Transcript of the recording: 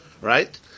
Right